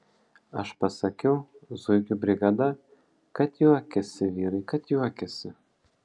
aš pasakiau zuikių brigada kad juokėsi vyrai kad juokėsi